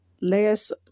Last